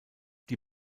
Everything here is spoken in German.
die